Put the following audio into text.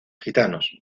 gitanos